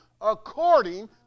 according